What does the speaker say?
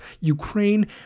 Ukraine